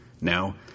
Now